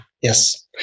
Yes